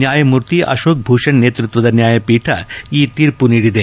ನ್ಯಾಯಮೂರ್ತಿ ಅಶೋಕ್ ಭೂಷಣ್ ನೇತೃತ್ವದ ನ್ಯಾಯಪೀಠ ಈ ತೀರ್ಪು ನೀಡಿದೆ